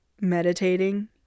meditating